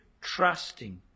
trusting